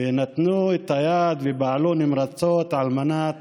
ונתנו את היד ופעלו נמרצות על מנת